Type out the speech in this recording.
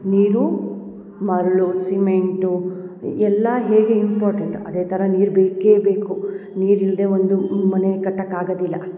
ನೀರು ಮರಳು ಸಿಮೆಂಟು ಎಲ್ಲ ಹೇಗೆ ಇಂಪಾರ್ಟೆಂಟ್ ಅದೇ ಥರ ನೀರು ಬೇಕೇ ಬೇಕು ನೀರು ಇಲ್ದೆ ಒಂದು ಮನೆ ಕಟ್ಟಕ್ಕೆ ಆಗದಿಲ್ಲ